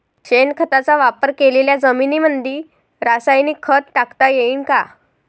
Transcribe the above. शेणखताचा वापर केलेल्या जमीनीमंदी रासायनिक खत टाकता येईन का?